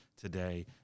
today